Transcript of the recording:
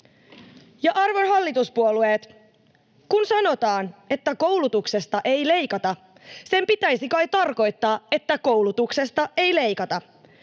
Ja, arvon hallituspuolueet, kun sanotaan, että koulutuksesta ei leikata, sen pitäisi kai tarkoittaa, että koulutuksesta ei leikata.